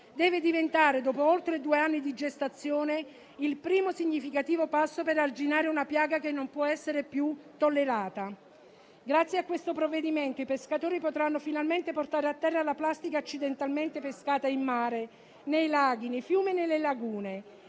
deve diventare, dopo oltre due anni di gestazione, il primo significativo passo per arginare una piaga che non può essere più tollerata. Grazie a questo provvedimento i pescatori potranno finalmente portare a terra la plastica accidentalmente pescata in mare, nei laghi, nei fiumi e nelle lagune